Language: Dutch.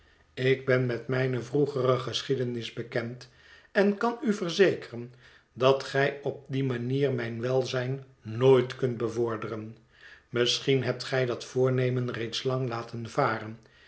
ik ben met mijne vroegere geschiedenis bekend en kan u verzekeren dat gij op die manier mijn welzijn nooit kunt bevorderen misschien hebt gij dat voornemen reeds lang laten varen